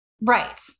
Right